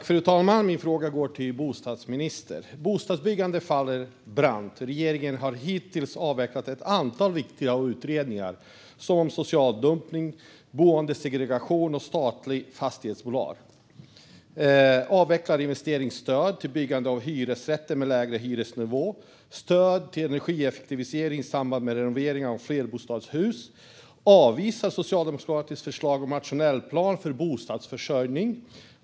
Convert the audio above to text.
Fru talman! Min fråga går till bostadsministern. Bostadsbyggandet faller brant. Regeringen har hittills avvecklat ett antal viktiga utredningar, bland annat om social dumpning, boendesegregation och ett statligt fastighetsbolag. Man har avvecklat investeringsstöd till byggande av hyresrätter med lägre hyresnivå och stöd till energieffektivisering i samband med renovering av flerbostadshus. Man avvisar ett socialdemokratiskt förslag om nationell plan för bostadsförsörjning.